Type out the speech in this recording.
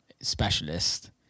specialist